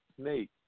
snake